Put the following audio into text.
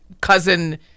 cousin